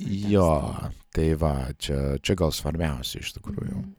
jo tai va čia čia gal svarbiausia iš tikrųjų